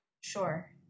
sure